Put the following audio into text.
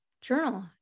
journal